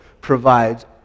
provides